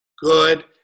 good